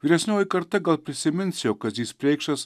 vyresnioji karta gal prisimins jog kazys preikšas